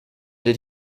did